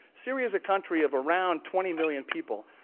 syria's a country of around twenty million people.